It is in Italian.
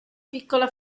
piccola